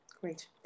great